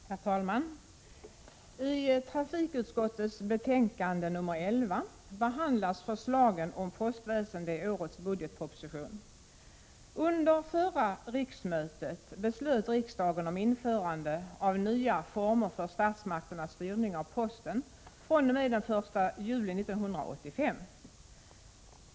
Herr talman! I trafikutskottets betänkande nr 11 behandlas förslagen under rubriken Postväsende i årets budgetproposition.